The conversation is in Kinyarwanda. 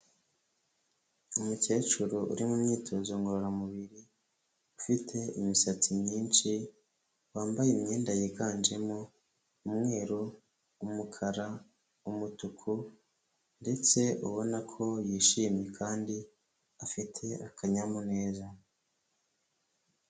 Umukecuru uri mu myitozo ngororamubiri ufite imisatsi myinshi, wambaye imyenda yiganjemo umweru, umukara, umutuku ndetse ubona ko yishimye kandi afite akanyamuneza.